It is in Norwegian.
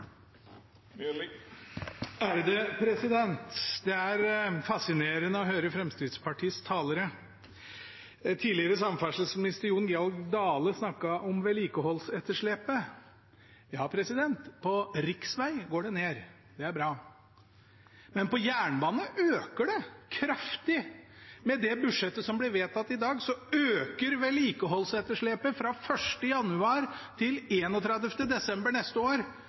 om vedlikeholdsetterslepet. Ja, på riksveg går det ned, det er bra. Men på jernbane øker det kraftig. Med det budsjettet som blir vedtatt i dag, øker vedlikeholdsetterslepet fra 1. januar til 31. desember neste år